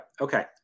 Okay